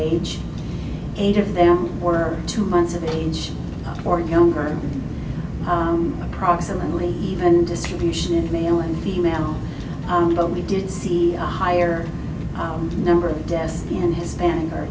age eight if there were two months of age or younger approximately even distribution male and female own but we did see a higher our number of deaths in hispanic or